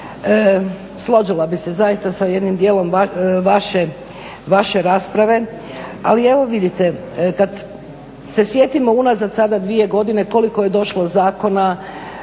složila bih se sa jednim dijelom vaše rasprave ali evo vidite kada se sjetimo unazad sada dvije godine koliko je došlo zakona,